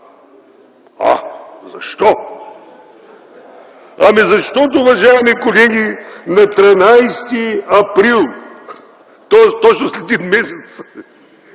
Защо? Защото, уважаеми колеги, на 13 април, точно след един месец,